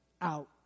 out